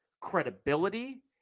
credibility